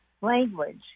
language